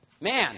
Man